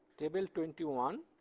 table twenty one,